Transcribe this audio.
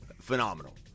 Phenomenal